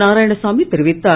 நாராயணசாமி தெரிவித்தார்